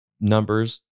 numbers